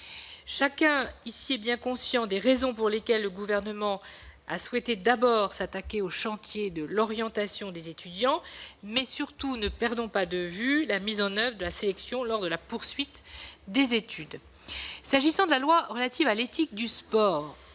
Chacun ici est bien conscient des raisons pour lesquelles le Gouvernement a souhaité d'abord s'attaquer au chantier de l'orientation des étudiants, mais ne perdons surtout pas de vue la mise en oeuvre de la sélection lors de la poursuite des études. S'agissant de la loi visant à préserver l'éthique du sport,